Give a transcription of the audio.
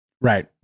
right